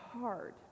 hard